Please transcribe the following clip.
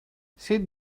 sit